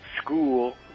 school